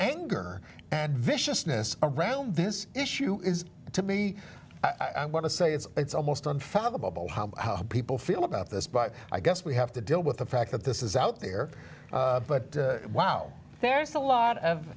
anger and viciousness around this issue is to be i want to say it's it's almost unfathomable how people feel about this but i guess we have to deal with the fact that this is out there but wow there's a lot of